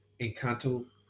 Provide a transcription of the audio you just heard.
Encanto